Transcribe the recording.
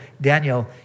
Daniel